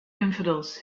infidels